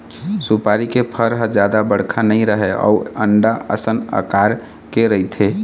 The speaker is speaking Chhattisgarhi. सुपारी के फर ह जादा बड़का नइ रहय अउ अंडा असन अकार के रहिथे